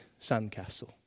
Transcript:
sandcastle